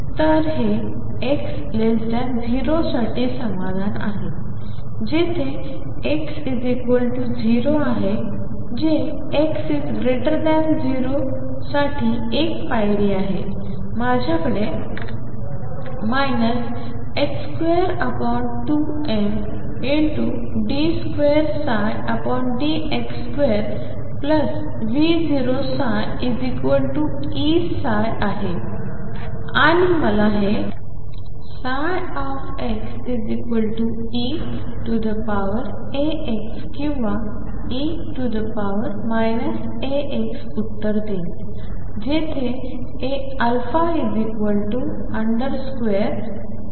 तर हे x 0 साठी समाधान आहे जेथे x 0 आहे जे x 0 साठी एक पायरी आहे माझ्याकडे 22md2dx2V0ψEψ आहे आणि हे मला xeαxकिंवा e αx उत्तर देईल जेथे α2mV0 E2